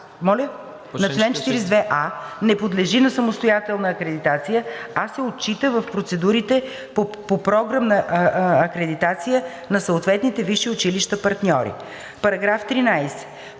по чл. 42а не подлежи на самостоятелна акредитация, а се отчита в процедурите по програмна акредитация на съответните висши училища партньори.“